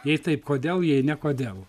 jei taip kodėl jei ne kodėl